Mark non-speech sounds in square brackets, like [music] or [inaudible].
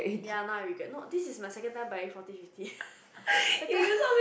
ya now I regret not this is my second time buying forty fifty [laughs] that time [laughs]